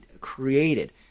created